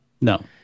No